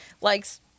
likes